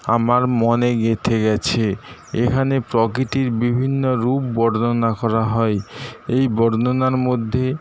আমার মনে গেঁথে গেছে এখানে প্রকৃতির বিভিন্ন রূপ বর্ণনা করা হয় এই বর্ণনার মধ্যে